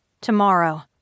TOMORROW